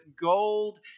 gold